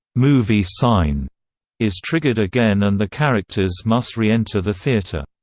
movie sign is triggered again and the characters must re-enter the theater.